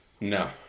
No